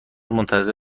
منتظر